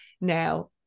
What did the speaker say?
now